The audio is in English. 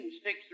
sticks